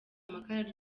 amakara